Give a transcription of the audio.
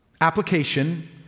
application